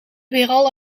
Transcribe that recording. weeral